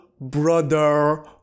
brother